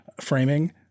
framing